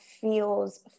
feels